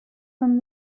from